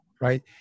right